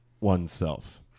oneself